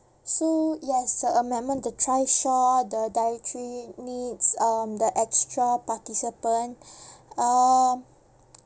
so yes the amendment the trishaw the dietary needs um the extra participant um